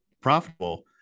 profitable